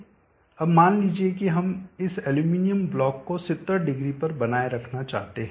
अब मान लीजिए कि हम इस एल्यूमीनियम ब्लॉक को 700 पर बनाए रखना चाहते हैं